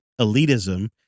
elitism